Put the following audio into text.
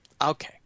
Okay